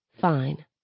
Fine